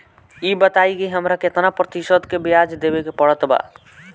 ई बताई की हमरा केतना प्रतिशत के ब्याज देवे के पड़त बा?